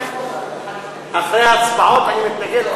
אחרי הצבעות אני מתנגד?